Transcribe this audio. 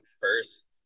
first